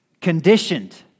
Conditioned